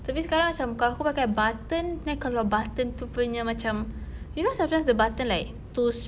tapi sekarang macam kalau aku pakai button then kalau button itu punya macam you know sometimes the button like too s~